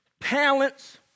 talents